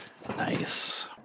Nice